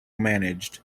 managed